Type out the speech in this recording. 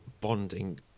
bonding